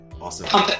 Awesome